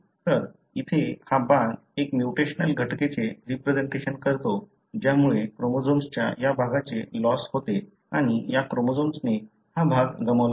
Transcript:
तर इथे हा बाण एक म्युटेशनल घटनेचे रिप्रेसेंटेशन करतो ज्यामुळे क्रोमोझोम्सच्या या भागाचे लॉस् होते आणि या क्रोमोझोम्सने हा भाग गमावला आहे